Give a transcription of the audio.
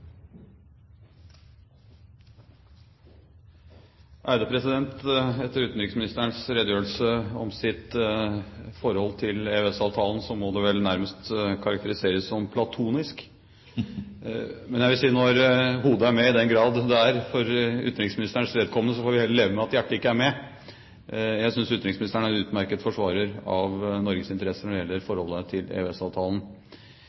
Etter utenriksministerens redegjørelse om sitt forhold til EØS-avtalen må det vel nærmest karakteriseres som platonisk. Men jeg vil si at når hodet er med i den grad det er, for utenriksministerens vedkommende, får vi heller leve med at hjertet ikke er med. Jeg synes utenriksministeren er en utmerket forsvarer av Norges interesser når det gjelder